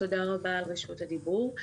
תודה רבה על רשות הדיבור.